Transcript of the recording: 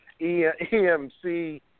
EMC